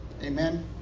Amen